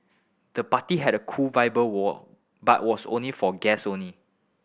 the party had a cool vibe wall but was only for guest only